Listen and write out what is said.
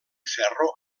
ferro